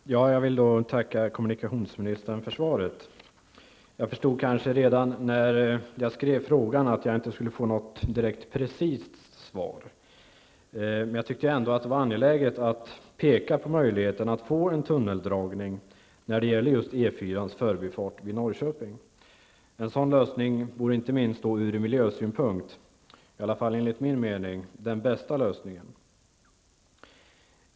Fru talman! Jag vill tacka kommunikationsministern för svaret. Jag förstod redan när jag skrev frågan att jag inte skulle få ett precist svar. Men jag tyckte ändå att det var angeläget att peka på möjligheten att få en tunneldragning när det gäller E4-ans förbifart vid Norrköping. En sådan lösning vore, inte minst ur miljösynpunkt, i varje fall enligt min mening, den bästa lösningen.